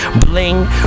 bling